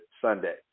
Sunday